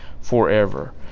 forever